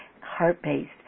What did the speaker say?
heart-based